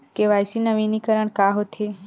KYC नवीनीकरण का होथे?